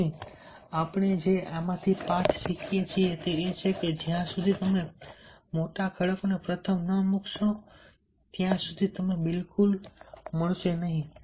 અહીંથી આપણે જે પાઠ શીખીએ છીએ તે એ છે કે જ્યાં સુધી તમે મોટા ખડકોને પ્રથમ ન મૂકશો ત્યાં સુધી તમને તે બિલકુલ મળશે નહીં